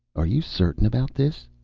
are you certain about this?